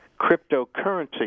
cryptocurrency